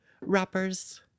rappers